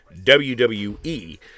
WWE